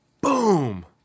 boom